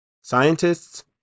Scientists